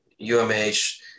UMH